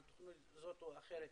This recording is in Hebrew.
על תוכנית כזו או אחרת,